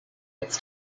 its